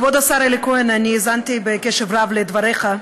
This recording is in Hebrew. כבוד השר אלי כהן, האזנתי בקשב רב לדבריך,